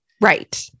Right